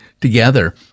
together